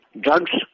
Drugs